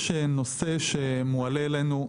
יש נושא שמועלה אלינו,